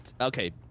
okay